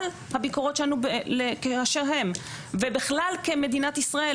הביקורות שלנו באשר הן ובכלל במדינת ישראל,